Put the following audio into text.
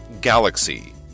Galaxy